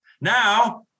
Now